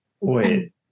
Wait